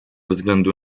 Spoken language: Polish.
względu